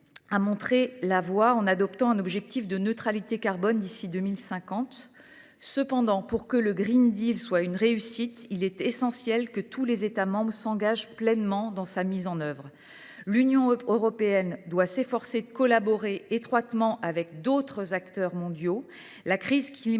a montré la voie en adoptant un objectif de neutralité carbone d’ici à 2050. Cependant, pour que le soit une réussite, il est essentiel que tous les États membres s’engagent pleinement dans sa mise en œuvre. L’Union européenne doit s’efforcer de collaborer étroitement avec d’autres acteurs mondiaux. La crise climatique